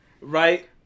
Right